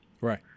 Right